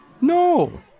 No